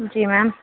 जी ma'am